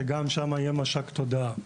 וגם שם יהיה מש"ק תודעה.